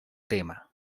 tema